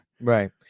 Right